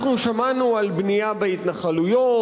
אנחנו שמענו על בנייה בהתנחלויות,